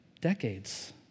Decades